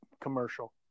commercial